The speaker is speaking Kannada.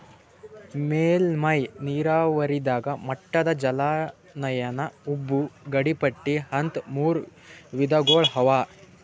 ಮೇಲ್ಮೈ ನೀರಾವರಿದಾಗ ಮಟ್ಟದ ಜಲಾನಯನ ಉಬ್ಬು ಗಡಿಪಟ್ಟಿ ಅಂತ್ ಮೂರ್ ವಿಧಗೊಳ್ ಅವಾ